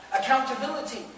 accountability